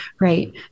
right